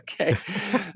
Okay